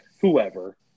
whoever